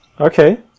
Okay